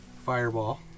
Fireball